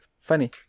funny